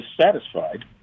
satisfied